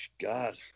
God